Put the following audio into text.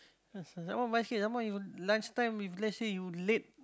lunch time if let's say you late